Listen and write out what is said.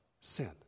sin